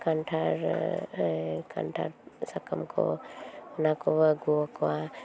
ᱠᱟᱱᱴᱷᱟᱲ ᱠᱟᱱᱴᱷᱟᱲ ᱥᱟᱠᱟᱢᱠᱚ ᱚᱱᱟᱠᱚ ᱟᱹᱜᱩᱣ ᱟᱠᱚᱣᱟ